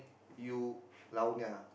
you lao nua ah